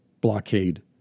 blockade